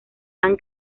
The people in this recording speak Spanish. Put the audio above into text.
han